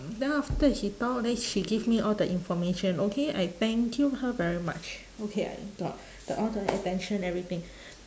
then after he talk then she give me all the information okay I thank you her very much okay I got all the attention everything